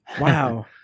wow